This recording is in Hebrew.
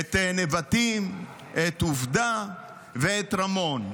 את נבטים, את עובדה ואת רמון.